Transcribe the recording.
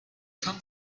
come